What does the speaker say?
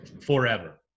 forever